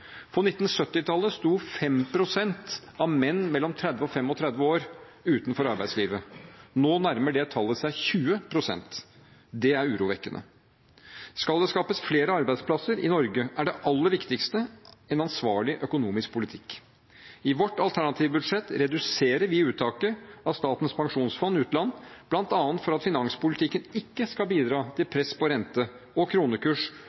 På 1970-tallet sto 5 pst. av menn mellom 30 og 35 år utenfor arbeidslivet. Nå nærmer det tallet seg 20 pst. Det er urovekkende. Skal det skapes flere arbeidsplasser i Norge, er det aller viktigste en ansvarlig økonomisk politikk. I vårt alternative budsjett reduserer vi uttaket fra Statens pensjonsfond utland, bl.a. for at finanspolitikken ikke skal bidra til press på rente og kronekurs,